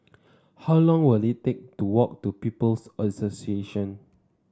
how long will it take to walk to People's Association